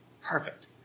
perfect